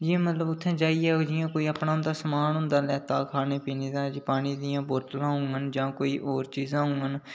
जि'यां मतलब उत्थै जाइयै कोई अपना समान होंदा लैता दा खाने पीने दा जि'यां पानी दियां बोतलां होङन जां कोई होर चीजां होङन